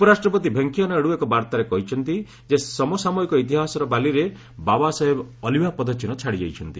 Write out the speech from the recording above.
ଉପରାଷ୍ଟ୍ରପତି ଭେଙ୍କେୟା ନାଇଡୁ ଏକ ବାର୍ଭାରେ କହିଛନ୍ତି ଯେ ସମସାମୟିକ ଇତିହାସର ବାଲିରେ ବାବାସାହେବ ଅଲିଭା ପଦଚିହ୍ର ଛାଡିଯାଇଛନ୍ତି